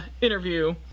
interview